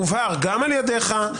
הובהר גם על ידך,